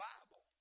Bible